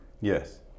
Yes